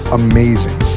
amazing